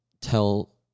tell